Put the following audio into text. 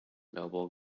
noble